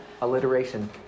alliteration